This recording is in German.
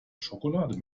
schokolade